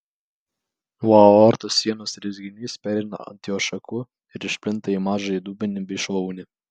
nuo aortos sienos rezginys pereina ant jos šakų ir išplinta į mažąjį dubenį bei šlaunį